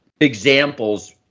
examples